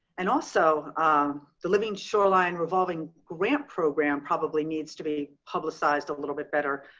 and also um the living shoreline revolving grant program probably needs to be publicized a little bit better.